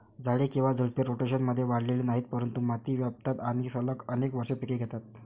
झाडे किंवा झुडपे, रोटेशनमध्ये वाढलेली नाहीत, परंतु माती व्यापतात आणि सलग अनेक वर्षे पिके घेतात